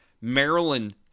maryland